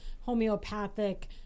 homeopathic